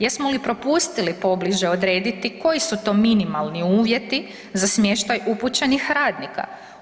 Jesmo li propustili pobliže odrediti koji su to minimalni uvjeti za smještaj upućenih radnika?